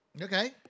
Okay